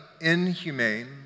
inhumane